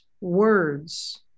words